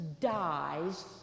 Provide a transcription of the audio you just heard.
dies